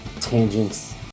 tangents